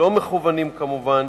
לא מכוונים כמובן,